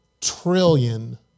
Trillion